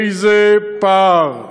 איזה פער,